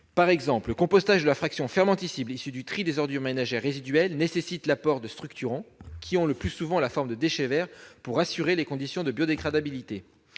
Par exemple, le compostage de la fraction fermentescible issue du tri des ordures ménagères résiduelles nécessite l'apport de structurants- le plus souvent sous la forme de déchets verts -pour assurer les conditions de biodégradabilité.